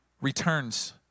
returns